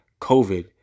COVID